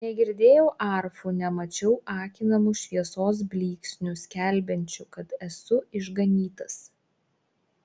negirdėjau arfų nemačiau akinamų šviesos blyksnių skelbiančių kad esu išganytas